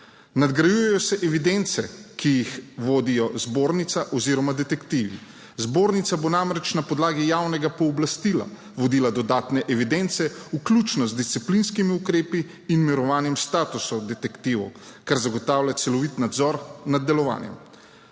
Nadgrajujejo se evidence, ki jih vodijo zbornica oziroma detektivi. Zbornica bo namreč na podlagi javnega pooblastila vodila dodatne evidence, vključno z disciplinskimi ukrepi in mirovanjem statusa detektivov, kar zagotavlja celovit nadzor nad delovanjem.